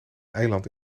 eiland